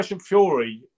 Fury